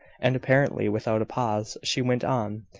and, apparently without a pause, she went on,